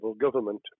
government